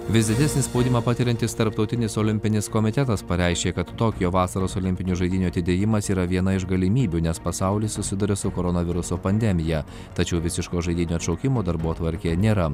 vis didesnį spaudimą patiriantis tarptautinis olimpinis komitetas pareiškė kad tokijo vasaros olimpinių žaidynių atidėjimas yra viena iš galimybių nes pasaulis susiduria su koronaviruso pandemija tačiau visiško žaidynių atšaukimo darbotvarkėje nėra